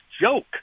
joke